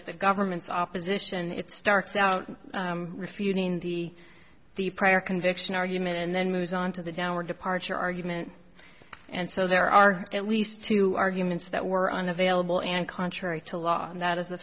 at the government's opposition it starts out refuting the the prior conviction argument and then moves on to the downward departure argument and so there are at least two arguments that were unavailable and contrary to law and that is the